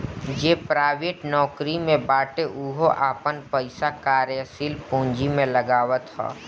जे प्राइवेट नोकरी में बाटे उहो आपन पईसा कार्यशील पूंजी में लगावत हअ